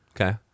okay